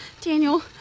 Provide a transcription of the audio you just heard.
Daniel